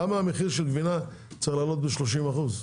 למה מחיר גבינה צריך לעלות ב-30%?